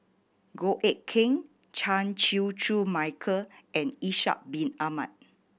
Goh Eck Kheng Chan Chew Koon Michael and Ishak Bin Ahmad